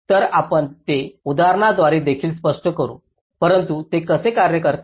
तर आपण ते उदाहरणाद्वारे देखील स्पष्ट करू परंतु ते कसे कार्य करते